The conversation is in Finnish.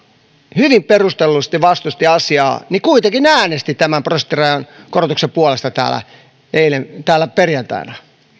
hyvin perustellusti vastusti asiaa mutta kuitenkin äänesti tämän prosenttirajan korotuksen puolesta täällä perjantaina